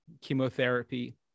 chemotherapy